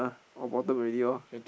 all bottom already lor